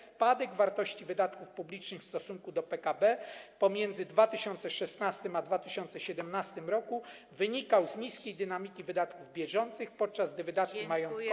Spadek wartości wydatków publicznych w stosunku do PKB pomiędzy 2016 r. a 2017 r. wynikał z niskiej dynamiki wydatków bieżących, podczas gdy wydatki majątkowe.